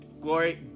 Glory